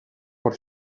por